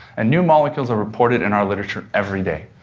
and new molecules are reported in our literature every day.